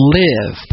live